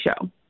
show